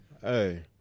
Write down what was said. hey